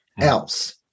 else